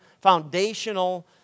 foundational